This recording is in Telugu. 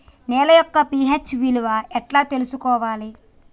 నేల యొక్క పి.హెచ్ విలువ ఎట్లా తెలుసుకోవాలి?